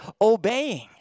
obeying